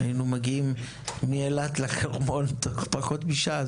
היינו מגיעים מאילת לחרמון תוך פחות משעה,